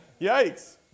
Yikes